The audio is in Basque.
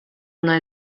ona